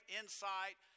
insight